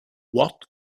what